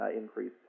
increase